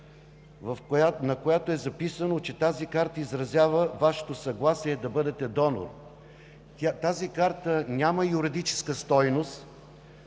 на която е записано, че тази карта изразява Вашето съгласие да бъдете донор. Тя няма юридическа стойност,